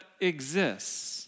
exists